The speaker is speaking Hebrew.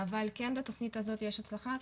אבל כן לתכנית הזאת יש הצלחה,